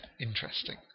interesting